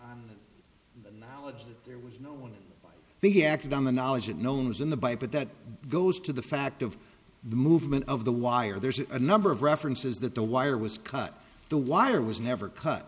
be there was no one he acted on the knowledge that no one is in the by but that goes to the fact of the movement of the wire there's a number of references that the wire was cut the wire was never cut